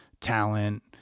talent